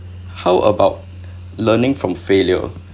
how about learning from failure